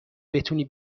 بتونی